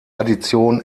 addition